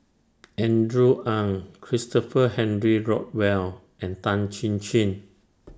Andrew Ang Christopher Henry Rothwell and Tan Chin Chin